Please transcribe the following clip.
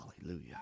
Hallelujah